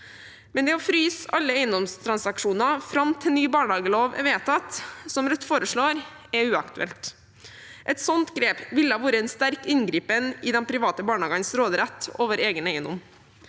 Men det å fryse alle eiendomstransaksjoner fram til ny barnehagelov er vedtatt, som Rødt foreslår, er uaktuelt. Et sånt grep ville ha vært en sterk inngripen i de private barnehagenes råderett over egen eiendom.